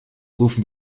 rufen